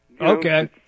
Okay